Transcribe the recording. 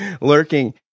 lurking